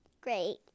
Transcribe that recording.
Great